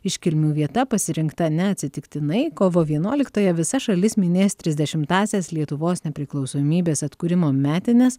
iškilmių vieta pasirinkta neatsitiktinai kovo vienuoliktąją visa šalis minės trisdešimtąsias lietuvos nepriklausomybės atkūrimo metines